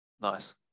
nice